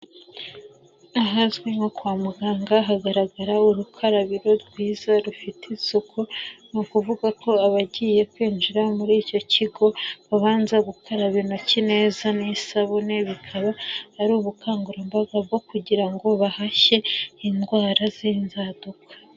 Ahazwi nko kwa muganga hagaragara urukarabiro rwiza rufite isuku, ni ukuvuga ko abagiye kwinjira muri icyo kigo babanza gukaraba intoki neza n'isabune, bikaba ari ubukangurambaga bwo kugira ngo bahashye indwara z'inzaduka.